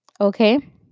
Okay